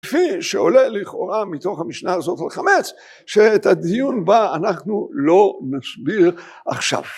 כפי שעולה לכאורה מתוך המשנה הזאת על חמץ, שאת הדיון בה אנחנו לא נסביר עכשיו.